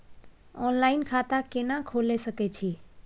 Online खाता केना खोले सकै छी?